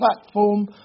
platform